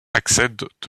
accèdent